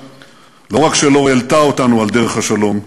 לא רק שלא העלתה אותנו על דרך השלום,